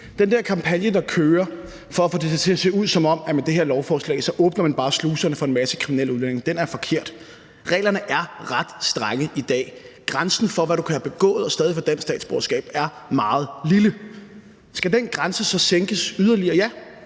der kampagne, der kører for at få det til at se ud, som om man med det her lovforslag bare åbner sluserne for en masse kriminelle udlændinge, er forkert. Reglerne er ret strenge i dag. Grænsen for, hvad du kan have begået og stadig få dansk statsborgerskab, er meget lav. Skal den grænse så sænkes yderligere? Ja,